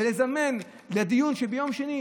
ולזמן לדיון ביום שני.